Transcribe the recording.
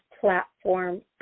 platform